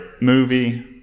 movie